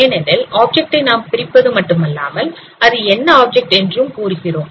ஏனெனில் ஆப்ஜெக்ட் ஐ நாம் பிரிப்பதும் மட்டுமல்லாமல் அது என்ன ஆப்ஜெக்ட் என்றும் கூறுகின்றோம்